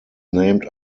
named